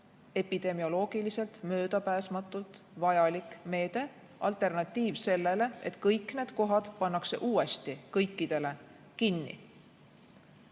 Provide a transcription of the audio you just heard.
epidemioloogiliselt möödapääsmatult vajalik meede, alternatiiv sellele, et kõik need kohad pannakse uuesti kõikidele kinni.